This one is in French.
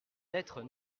lettre